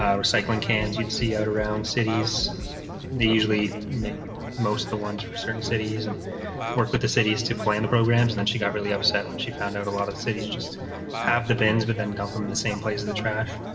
ah recycling cans you'd see out around cities they usually make most the ones for certain cities and work with the city is to plan the programs and then she got really upset when she found out a lot of cities just have the bins but then dump them in the same place of the trash